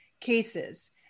cases